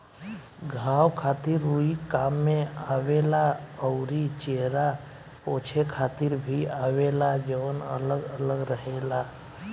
घाव खातिर रुई काम में आवेला अउरी चेहरा पोछे खातिर भी आवेला जवन अलग अलग रहेला